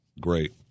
Great